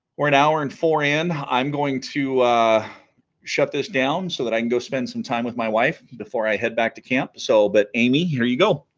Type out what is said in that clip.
we're an hour and four in i'm going to shut this down so that i can go spend some time with my wife before i head back to camp so but amy here you go